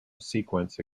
sequence